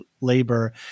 labor